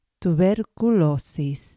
tuberculosis